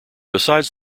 besides